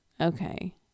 Okay